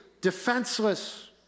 defenseless